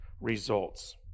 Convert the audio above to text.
results